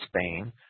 Spain